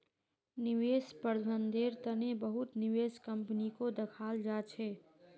निवेश प्रबन्धनेर तने बहुत निवेश कम्पनीको दखाल जा छेक